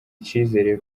icizere